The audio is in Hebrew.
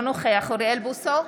נוכח אוריאל בוסו,